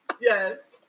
Yes